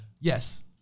Yes